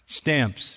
stamps